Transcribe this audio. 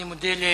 אני מודה לאדוני.